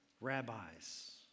rabbis